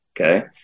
Okay